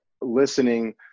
listening